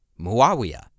Muawiyah